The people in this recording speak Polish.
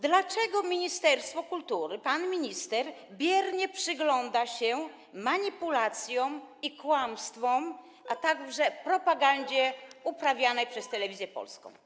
Dlaczego ministerstwo kultury, pan minister biernie przygląda się manipulacjom i kłamstwom, a także propagandzie uprawianej przez Telewizję Polską?